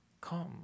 Come